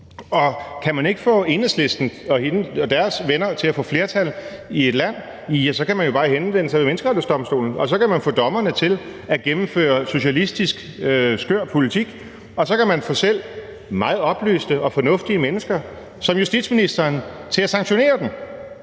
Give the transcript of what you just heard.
Og kan man ikke få Enhedslisten og deres venner til at få flertal i et land, kan man jo bare henvende sig ved Menneskerettighedsdomstolen, og så kan man få dommerne til at gennemføre socialistisk, skør politik, og så kan man få selv meget oplyste og fornuftige mennesker, som justitsministeren, til at sanktionere dem.